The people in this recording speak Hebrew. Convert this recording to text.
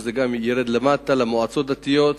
זה גם ירד למטה למועצות דתיות